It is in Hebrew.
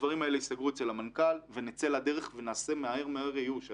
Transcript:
הדברים האלה ייסגרו אצל המנכ"ל ונצא לדרך ונעשה מהר-מהר איוש.